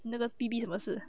那个 beep beep 什么事